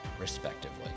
respectively